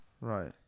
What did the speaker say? Right